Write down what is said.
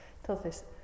entonces